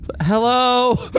Hello